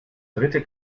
dritte